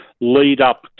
lead-up